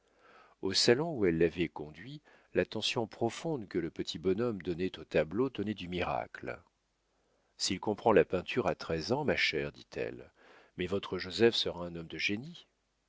au salon où elle l'avait conduit l'attention profonde que le petit bonhomme donnait aux tableaux tenait du miracle s'il comprend la peinture à treize ans ma chère dit-elle votre joseph sera un homme de génie